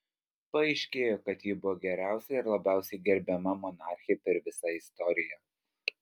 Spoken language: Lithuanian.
paaiškėjo kad ji buvo geriausia ir labiausiai gerbiama monarchė per visą istoriją